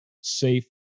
safe